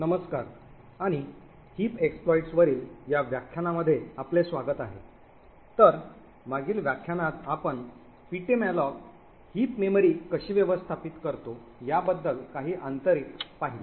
नमस्कार आणि heap exploits वरील या व्याख्यानामध्ये आपले स्वागत आहे तर मागील व्याख्यानात आपण ptmalloc हीप मेमरी कशी व्यवस्थापित करतो याबद्दल काही आंतरिक पाहिले